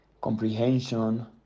comprehension